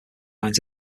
vines